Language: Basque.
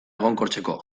egonkortzeko